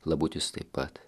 labutis taip pat